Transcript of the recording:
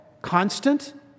Constant